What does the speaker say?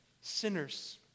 sinners